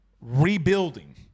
rebuilding